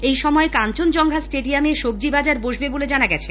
এই সময়ে কাঞ্চনজঙ্ঘা স্টেডিয়ামে সবজি বাজার বসবে বলে জানা গেছে